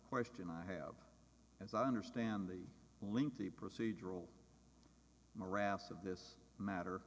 question i have as i understand the link the procedural morass of this matter